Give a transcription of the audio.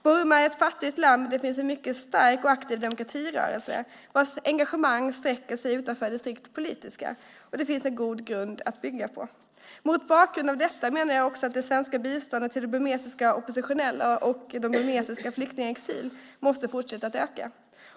Burma är ett fattigt land, men det finns en mycket stark och aktiv demokratirörelse vars engagemang sträcker sig utanför det strikt politiska, och det finns en god grund att bygga på. Mot bakgrund av detta menar jag att det svenska biståndet till de burmesiska oppositionella och de burmesiska flyktingarna i exil måste fortsätta att öka.